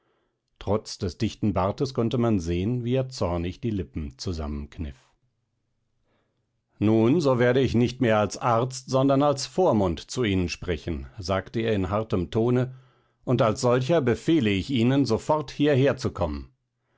trotz des dichten bartes konnte man sehen wie er zornig die lippen zusammenkniff nun so werde ich nicht mehr als arzt sondern als vormund zu ihnen sprechen sagte er in hartem tone und als solcher befehle ich ihnen sofort hierher zu kommen